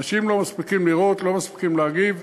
אנשים לא מספיקים לראות, לא מספיקים להגיב.